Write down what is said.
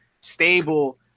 stable